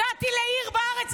הגעתי לעיר בארץ,